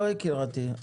לא, יקירתי.